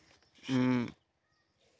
ᱦᱮᱸ